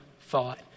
thought